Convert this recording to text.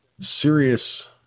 serious